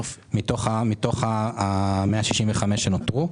מתוך ה-165 מיליון ש"ח שנותרו,